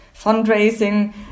fundraising